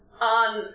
On